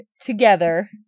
together